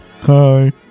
Hi